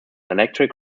electric